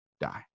die